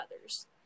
others